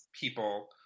people